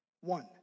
one